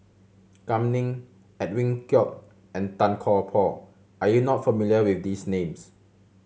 Kam Ning Edwin Koek and Tan Kian Por are you not familiar with these names